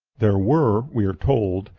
there were, we are told,